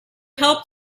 helped